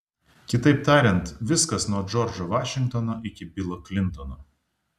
kitaip tariant viskas nuo džordžo vašingtono iki bilo klintono